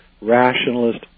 rationalist